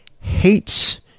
hates